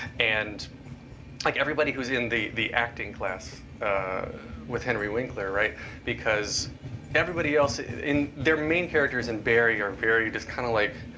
and like everybody who is in the the acting class with henry winkler. because everybody else in their main characters in barry are very just kind of like